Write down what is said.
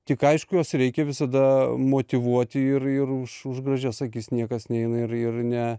tik aišku juos reikia visada motyvuoti ir ir už už gražias akis niekas neina ir ir ne